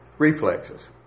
Reflexes